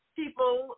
people